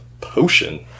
potion